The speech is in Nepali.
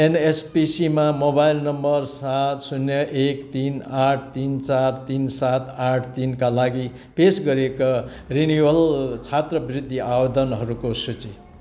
एनएसपिसीमा मोबाइल नम्बर सात शून्य एक तिन आठ तिन चार तिन सात आठ तिनका लागि पेस गरिएका रिनिवल छात्रवृत्ति आवेदनहरूको सूची